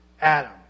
Adam